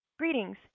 Greetings